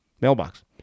mailbox